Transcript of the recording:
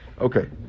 Okay